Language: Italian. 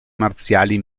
marziali